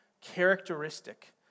characteristic